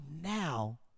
now